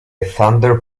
thunder